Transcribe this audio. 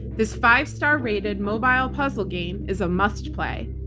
this five star rated mobile puzzle game is a must play.